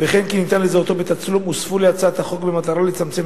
וכן כי ניתן לזהותו בתצלום הוספו להצעת החוק במטרה לצמצם